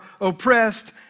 oppressed